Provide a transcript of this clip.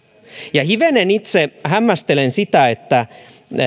hivenen itse hämmästelen sitä että